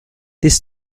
this